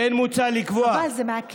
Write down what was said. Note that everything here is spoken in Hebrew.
כמו כן מוצע לקבוע, חבל, זה מעכב.